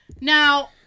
Now